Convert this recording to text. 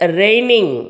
raining